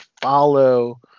follow